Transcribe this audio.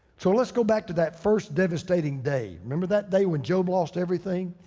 so let's go back to that first devastating day. remember that day when job lost everything?